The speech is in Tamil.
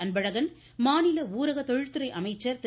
அன்பழகன் மாநில ஊரக தொழில் துறை அமைச்சர் திரு